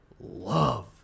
love